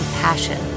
passion